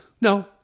No